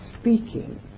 speaking